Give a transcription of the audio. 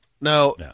No